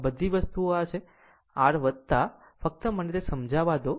આમ આ બધી વસ્તુઓ આ છે r ફક્ત મને તે સમજાવા દો